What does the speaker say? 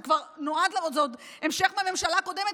זה עוד המשך מהממשלה הקודמת.